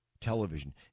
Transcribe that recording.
television